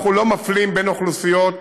אנחנו לא מפלים אוכלוסיות,